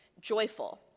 joyful